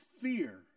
fear